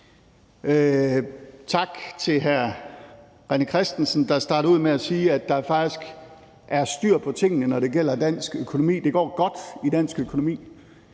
tak til hr. René Christensen i Dansk Folkeparti, der startede ud med at sige, at der faktisk er styr på tingene, når det gælder dansk økonomi, og at det går godt i dansk økonomi.